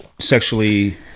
sexually